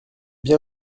bien